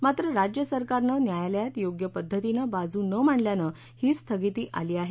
मात्र राज्य सरकारनं न्यायालयात योग्य पद्धतीनं बाजू न मांडल्यानं ही स्थगिती आली आहे